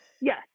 Yes